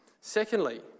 Secondly